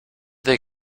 they